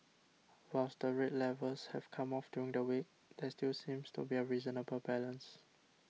whilst the rate levels have come off during the week there still seems to be a reasonable balance